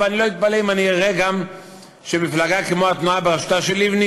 אבל אני לא אתפלא אם אני אראה גם שמפלגה כמו התנועה בראשותה של לבני